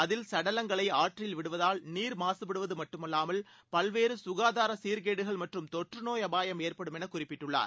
அதில் சடலங்களை ஆற்றில் விடுவதால் நீர் மாசுபடுது மட்டுமல்லாமல் பல்வேறு சுகாதார சீர்கேடுகள் மற்றும் தொற்றுநோய் அபாயம் ஏற்படும் என்று குறிப்பிட்டுள்ளார்